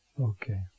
okay